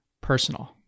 personal